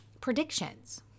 predictions